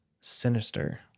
sinister